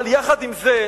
עם זה,